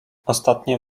ostatnie